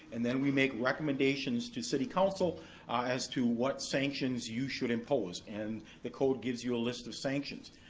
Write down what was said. and then we make recommendations to city council as to what sanctions you should impose. and the code gives you a list of sanctions.